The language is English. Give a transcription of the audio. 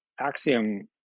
axiom